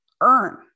earn